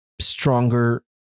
stronger